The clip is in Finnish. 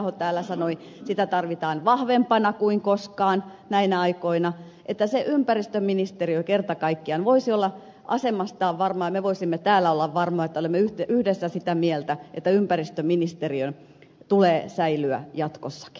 taiveaho sanoi sitä tarvitaan vahvempana kuin koskaan näinä aikoina että se ympäristöministeriö kerta kaikkiaan voisi olla asemastaan varma ja me voisimme täällä olla varmoja että olemme yhdessä sitä mieltä että ympäristöministeriön tulee säilyä jatkossakin